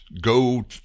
go